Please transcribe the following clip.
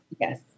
Yes